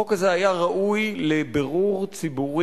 מאבק בטרור?